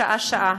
שעה-שעה,